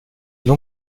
faut